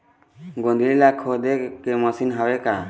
गोंदली ला खोदे के मशीन हावे का?